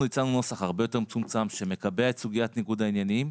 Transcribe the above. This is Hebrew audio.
הצענו נוסח הרבה יותר מצומצם שמקבע את סוגיית ניגוד העניינים.